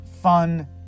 fun